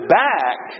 back